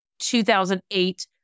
2008